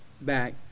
back